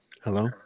Hello